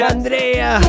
Andrea